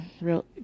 real